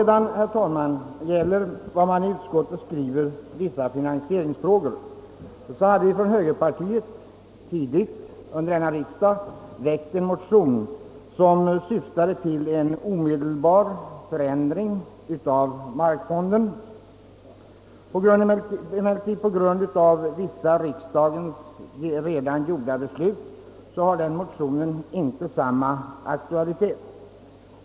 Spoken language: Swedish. I anslutning till utskottets skrivning om »vissa finansieringsfrågor» vill jag erinra om att högerpartiet tidigt under denna riksdag väckte en motion, vari det föreslogs en omedelbar förändring av bestämmelserna för markfonden. På grund av vissa beslut som riksdagen sedan dess fattat har den motionen inte längre samma aktualitet.